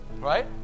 Right